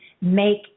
make